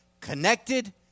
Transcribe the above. connected